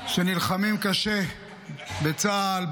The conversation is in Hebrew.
שנלחמים קשה בצה"ל,